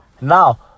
Now